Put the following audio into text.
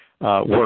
Work